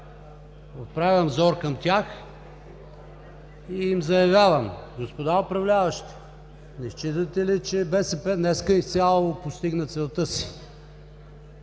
Отправям взор към тях и им заявявам: господа управляващи, не считате ли, че БСП днес изцяло постигна целта си?!